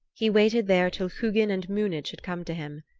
he waited there till hugin and munin should come to him.